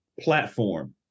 platform